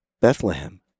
Bethlehem